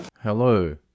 Hello